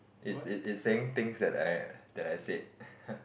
it's it's it's saying things that I that I said